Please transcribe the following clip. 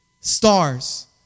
Stars